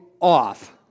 off